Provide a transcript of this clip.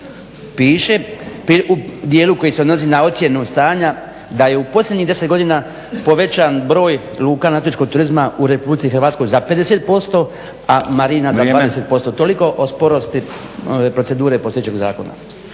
piše u dijelu koji se odnosi na ocjenu stanja da je u posljednjih 10 godina povećan broj luka nautičkog turizma u RH za 50%, a marina za 20%. Toliko o sporosti ove procedure postojećeg zakona.